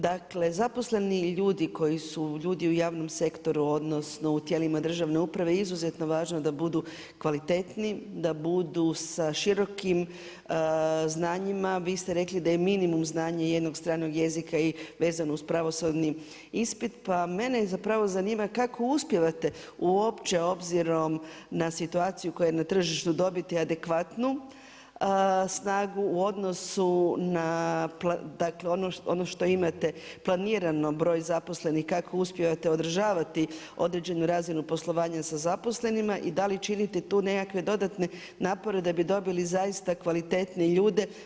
Dakle, zaposleni ljudi koji su ljudi u javnom sektoru odnosno u tijelima državne uprave je izuzetno važno da budu kvalitetni, da budu sa širokim znanjima, vi ste rekli da je minimum znanje jednog stranog jezika i vezano uz pravosudni ispit pa mene zapravo zanima kako uspijevate uopće obzirom na situaciju koja je na tržištu dobiti adekvatnu snagu u odnosu na ono što imate planirano, broj zaposlenih, kako uspijevate održavati određenu razinu poslovanja sa zaposlenima i dal i činite tu nekakve dodatne napore da bi dobili zaista kvalitetne ljude.